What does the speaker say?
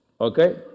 Okay